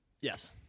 Yes